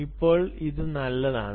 ഇപ്പോൾ അത് നല്ലതാണ്